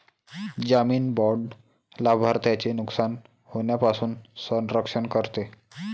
जामीन बाँड लाभार्थ्याचे नुकसान होण्यापासून संरक्षण करते